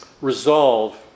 resolve